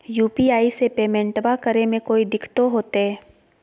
UPI से पेमेंटबा करे मे कोइ दिकतो होते?